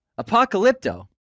Apocalypto